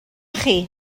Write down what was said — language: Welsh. chi